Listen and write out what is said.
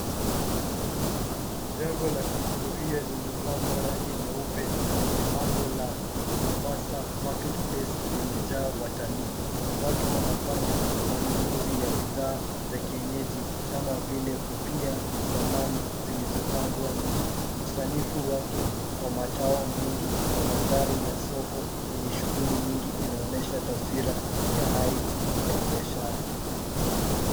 Jengo la kihiostoria lilopakwa rangi nyeupe lenye bango la Mombasa market place limejaa watalii. watu wanafanya manunuzi ya bidhaa za kienyeji kama vile kofia na sanamu zilizopangwa nje. Usanifu wake wa matao mengi na mandhari ya soko yenye shughuli nyingi inaonesha taswira ya hali ya biashara.